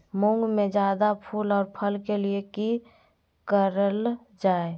मुंग में जायदा फूल और फल के लिए की करल जाय?